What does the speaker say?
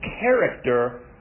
character